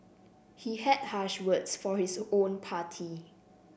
he had harsh words for his own party